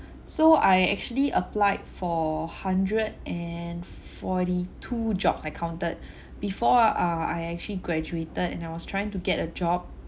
so I actually applied for hundred and forty two jobs I counted before uh I actually graduated and I was trying to get a job